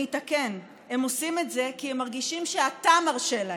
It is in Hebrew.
אני אתקן: הם עושים את זה כי הם מרגישים שאתה מרשה להם,